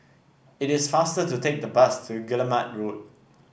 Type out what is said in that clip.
it is faster to take the bus to Guillemard Road